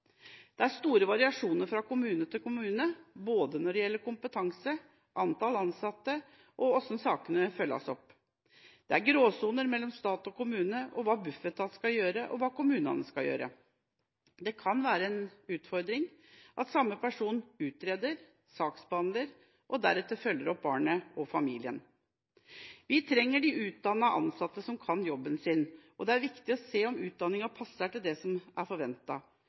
Det er store variasjoner fra kommune til kommune når det gjelder både kompetanse, antall ansatte og hvordan sakene følges opp. Det er gråsoner mellom stat og kommune, og mellom hva Bufetat skal gjøre, og hva kommunene skal gjøre. Det kan være en utfordring at samme person utreder, saksbehandler og deretter følger opp barnet og familien. Vi trenger utdannede ansatte som kan jobben sin, og det er viktig å se om utdanninga er tilpasset det som er